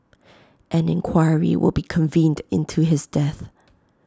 an inquiry will be convened into his death